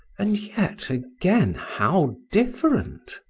and yet again how different!